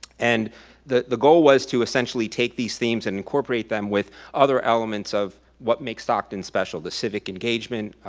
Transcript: and the the goal was to essentially take these themes and incorporate them with other elements of what makes stockton special the civic engagement,